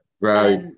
Right